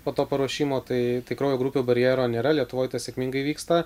po to paruošimo tai tai kraujo grupių barjero nėra lietuvoj tas sėkmingai vyksta